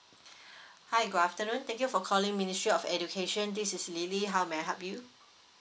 hi good afternoon thank you for calling ministry of education this is lily how may I help you